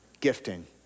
gifting